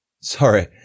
Sorry